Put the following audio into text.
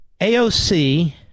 AOC